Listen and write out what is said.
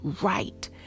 right